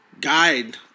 guide